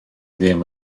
ddim